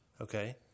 Okay